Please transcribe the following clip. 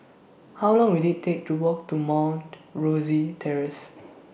How Long Will IT Take to Walk to Mount Rosie Terrace